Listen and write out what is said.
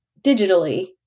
digitally